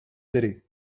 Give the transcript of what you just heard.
city